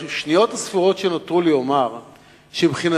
בשניות הספורות שנותרו לי אומר שמבחינתי,